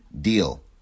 deal